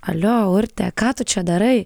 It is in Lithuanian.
alio urte ką tu čia darai